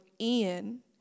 Ian